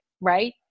right